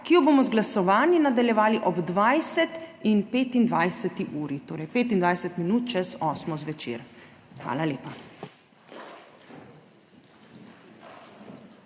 ki jo bomo z glasovanji nadaljevali ob 20.25, torej 25 minut čez osmo zvečer. Hvala lepa.